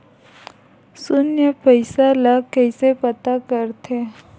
शून्य पईसा ला कइसे पता करथे?